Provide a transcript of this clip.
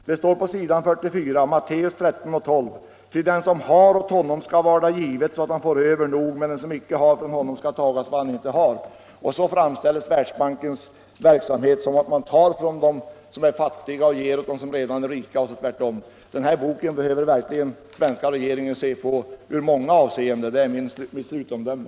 Det står på s. 44 ett citat från Matteus 13:12: ” Ty den som har, åt honom skall varda givet, så att han får över nog; men den som icke har, från honom skall tagas också det han icke har.” Världsbankens verksamhet framställs så att man tar från dem som är fattiga och ger åt dem som redan är rika. Den här boken behöver verkligen den svenska regeringen se på i många avseenden — det är mitt slutomdöme.